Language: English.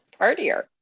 Partier